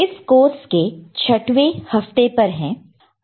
इस कोर्स के छठवे हफ्ते पर है